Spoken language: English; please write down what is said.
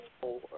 Four